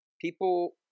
People